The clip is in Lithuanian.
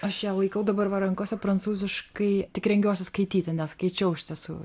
aš ją laikau dabar va rankose prancūziškai tik rengiuosi skaityti neskaičiau iš tiesų